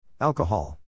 Alcohol